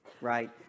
right